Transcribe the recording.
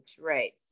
right